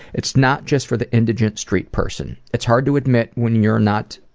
it's not just for the indigent street person. it's hard to admit when you're not